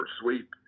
sweep